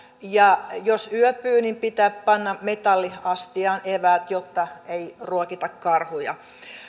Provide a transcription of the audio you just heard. ja jos yöpyy niin pitää panna metalliastiaan eväät jotta ei ruokita karhuja